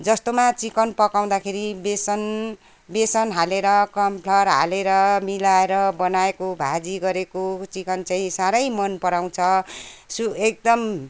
जस्तोमा चिकन पकाउँदाखेरि बेसन बेसन हालेर कर्नफ्लावर हालेर मिलाएर बनाएको भाजी गरेको चिकन चाहिँ साह्रै मनपराउँछ सु एकदम